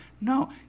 No